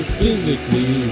physically